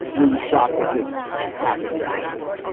were you shocked that this happened in your city?